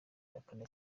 ahakana